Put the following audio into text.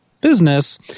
business